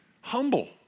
humble